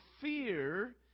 fear